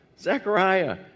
Zechariah